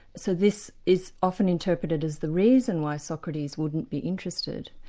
so this is often interpreted as the reason why socrates wouldn't be interested.